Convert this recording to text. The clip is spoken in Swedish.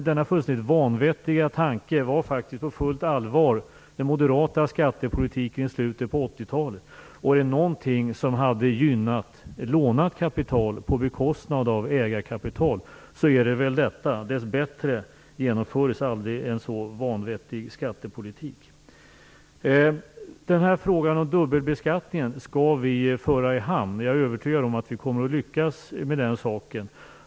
Denna fullständigt vanvettiga tanke var faktiskt på fullt allvar den moderata skattepolitiken i slutet på 80 talet. Om något hade gynnat lånat kapital på bekostnad av ägarkapital är det väl detta. Dess bättre genomfördes aldrig en så vanvettig skattepolitik. Frågan om dubbelbeskattningen skall vi föra i hamn. Jag är övertygad om att vi kommer att lyckas med den saken.